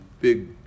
big